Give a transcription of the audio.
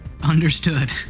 Understood